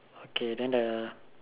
okay then the